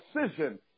decision